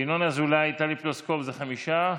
ינון אזולאי, טלי פלוסקוב, זה חמישה,